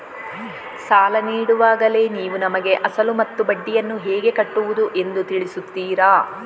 ಸಾಲ ನೀಡುವಾಗಲೇ ನೀವು ನಮಗೆ ಅಸಲು ಮತ್ತು ಬಡ್ಡಿಯನ್ನು ಹೇಗೆ ಕಟ್ಟುವುದು ಎಂದು ತಿಳಿಸುತ್ತೀರಾ?